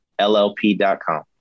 llp.com